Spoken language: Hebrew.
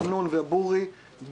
אמנון ובורי,